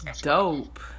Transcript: Dope